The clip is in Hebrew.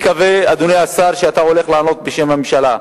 אדוני השר, שאתה הולך לענות בשם הממשלה,